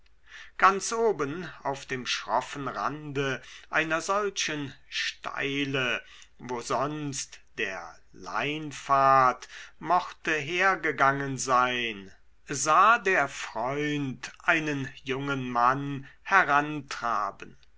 ganz oben auf dem schroffen rande einer solchen steile wo sonst der leinpfad mochte hergegangen sein sah der freund einen jungen mann